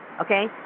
Okay